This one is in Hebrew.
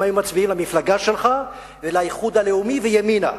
הם היו מצביעים למפלגה שלך ולאיחוד הלאומי וימינה.